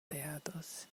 plateados